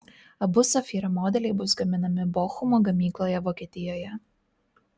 abu zafira modeliai bus gaminami bochumo gamykloje vokietijoje